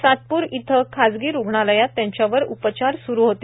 सातप्र इथं खासगी रुग्णालयात त्यांच्यावर उपचार स्रू होते